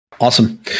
Awesome